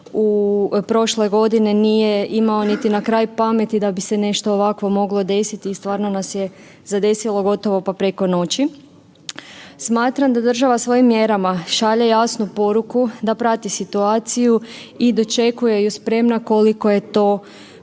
u prošloj godini nije imao niti na kraj pameti da bi se nešto ovako moglo desiti i stvarno nas je zadesilo gotovo pa preko noći. Smatram da država svojim mjerama šalje jasnu poruku da prati situaciju i dočekuje ju spremna koliko je to